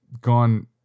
gone